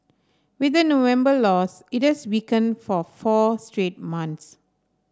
with the November loss it has weakened for four straight months